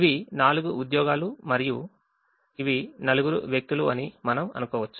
ఇవి నాలుగు ఉద్యోగాలు మరియు ఇవి నలుగురు వ్యక్తులు అని మనం అనుకోవచ్చు